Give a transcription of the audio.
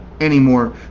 anymore